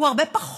הם הרבה פחות